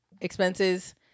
expenses